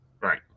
Right